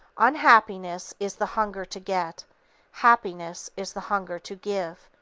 unhappiness is the hunger to get happiness is the hunger to give.